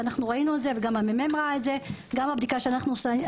אנחנו ראינו זאת בבדיקה שעשינו,